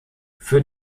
für